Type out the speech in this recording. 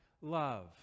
love